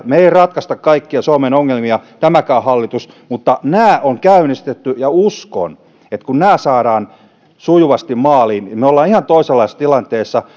me emme ratkaise kaikkia suomen ongelmia tämäkään hallitus mutta nämä on käynnistetty ja uskon että kun nämä saadaan sujuvasti maaliin niin me olemme ihan toisenlaisessa tilanteessa